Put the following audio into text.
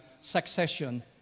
succession